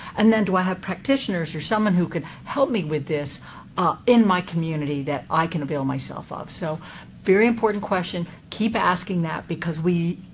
and then, do i have practitioners or someone who could help me with this in my community that i can bill myself up? so very important question. keep asking that because we,